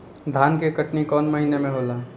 धान के कटनी कौन महीना में होला?